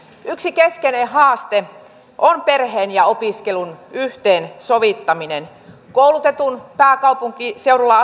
yksi keskeinen haaste on perheen ja opiskelun yhteensovittaminen koulutettu pääkaupunkiseudulla